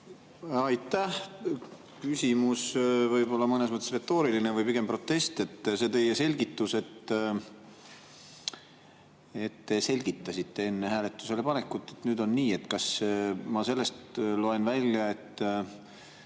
Aitäh! Küsimus võib olla mõnes mõttes retooriline, või pigem protest. See teie selgitus, et te selgitasite enne hääletusele panekut, et nüüd on nii. Kas ma loen sellest välja, et